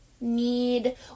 need